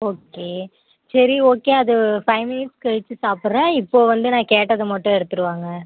okay சரி okay அது five minutes கழிச்சு சாப்புடுறேன் இப்போ வந்து நான் கேட்டதை மட்டும் எடுத்துகிட்டு வாங்க